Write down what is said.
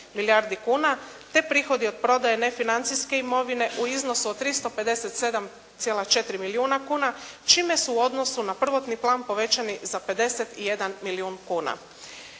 milijardi kuna te prihodi od prodaje nefinancijske imovine u iznosu od 357,4 milijuna kuna, čime su u odnosu na prvotni plan povećani za 51 milijun kuna.